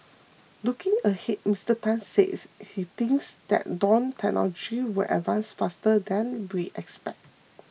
looking ahead Mister Tan said he thinks that drone technology will advance faster than we expect